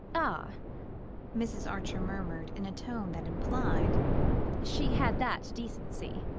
ah mrs. archer murmured, in a tone that implied she had that decency.